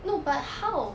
no but how